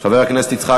חבר הכנסת יצחק